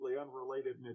unrelated